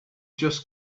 just